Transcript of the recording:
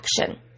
action